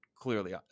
clearly